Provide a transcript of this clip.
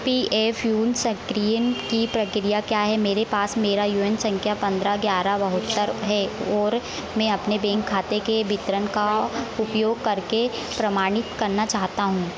P F U N सक्रियण की प्रक्रिया क्या है मेरे पास मेरा यू यन संख्या पंद्रह ग्यारह बहत्तर है और मैं अपने बैंक खाते के वितरण का उपयोग करके प्रमाणित करना चाहता हूं